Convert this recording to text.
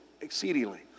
exceedingly